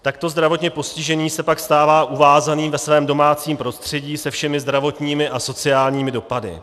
Takto zdravotně postižený se pak stává uvázaným ve svém domácím prostředí se všemi zdravotními a sociálními dopady.